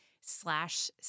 slash